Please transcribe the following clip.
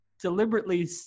deliberately